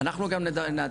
אנחנו גם נעדכן,